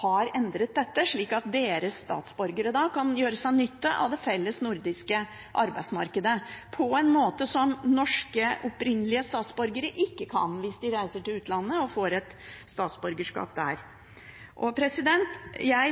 har endret dette, slik at deres statsborgere kan gjøre seg nytte av det felles nordiske arbeidsmarkedet på en måte som opprinnelig norske statsborgere ikke kan, hvis de reiser til utlandet og får et statsborgerskap der. Jeg